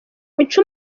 ico